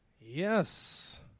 Yes